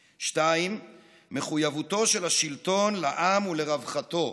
2. מחויבותו של השלטון לעם ולרווחתו,